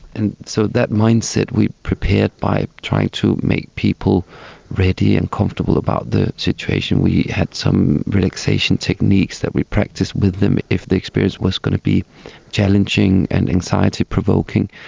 and so that mindset we prepared by trying to make people ready and comfortable about the situation. we had some relaxation techniques that we practised with them if the experience was going to be challenging and anxiety provoking,